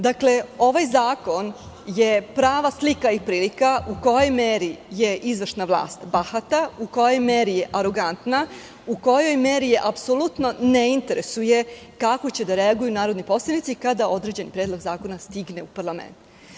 Dakle, ovaj zakon je prava slika i prilika u kojoj meri je izvršna vlast bahata, u kojoj meri je arogantna, u kojoj meri je apsolutno ne interesuje kako će da reaguju narodni poslanici kada određen predlog zakona stigne u parlament.